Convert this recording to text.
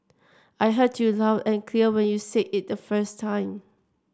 I heard you loud and clear when you said it the first time